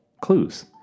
clues